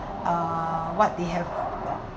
uh what they have